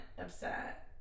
upset